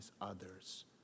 others